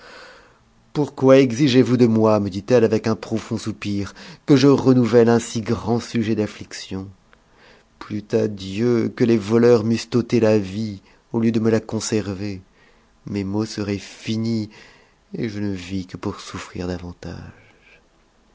pourquoi exigez-vous de moi me dit-elle avec un profond soupir que je renouvelle un si grand sujet d'affliction plût à dieu que les voleurs m'eussent ôté la vie au lieu de me la conserver mes maux seraient fi nis et je ne vis que pour souffrir davantage